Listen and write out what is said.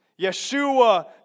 Yeshua